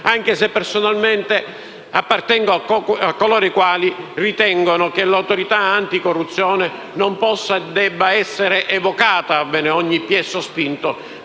anche se, personalmente, appartengo a coloro i quali ritengono che l'Autorità anticorruzione non possa e non debba essere evocata a ogni piè sospinto,